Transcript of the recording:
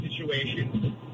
situation